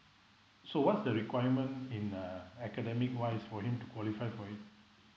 so what's the requirement in uh academic wise for him to qualify for it